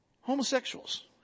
Homosexuals